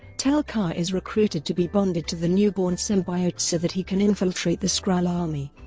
tel-kar is recruited to be bonded to the newborn symbiote so that he can infiltrate the skrull army.